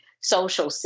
social